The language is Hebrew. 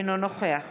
אינו נוכח